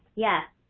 yes.